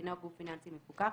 שאינו גוף פיננסי מפוקח,